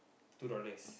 two dollars